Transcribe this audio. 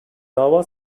dava